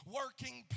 working